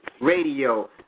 Radio